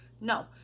No